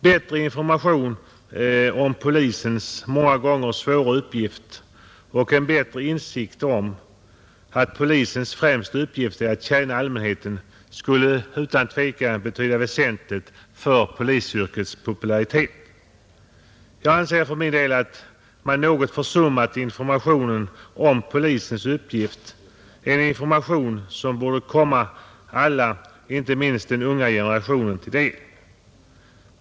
Bättre information om polisens många gånger svåra uppgift och en bättre insikt om att polisens främsta uppgift är att tjäna allmänheten skulle utan tvekan betyda väsentligt för polisyrkets popularitet. Jag anser för min del att man något försummat informationen om polisens uppgift, en information som borde komma alla, inte minst den unga generationen, till del.